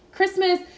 Christmas –